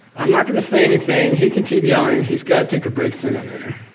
i'm not going to say anything, he can keep yelling. he's got to take a break sooner or later.